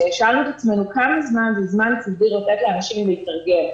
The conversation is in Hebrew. שאלנו את עצמנו כמה זמן זה זמן כדי לתת לאנשים להתארגן.